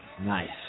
Nice